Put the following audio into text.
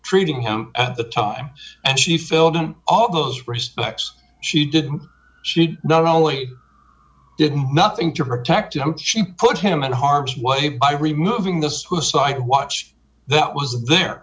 treating him at the time and she filled in all those respects she did she not only did nothing to protect him she put him in harm's way by removing the suicide watch that was there